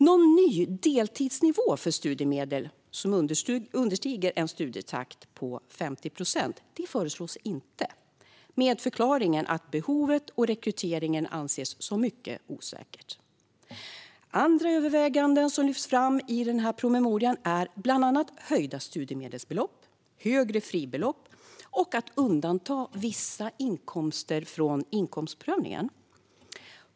Någon ny deltidsnivå för studiemedel som understiger en studietakt på 50 procent föreslås inte, med förklaringen att behovet och rekryteringen anses som mycket osäkra. Andra överväganden som lyfts fram i promemorian gäller bland annat höjda studiemedelsbelopp, högre fribelopp och undantag av vissa inkomster från inkomstprövningen.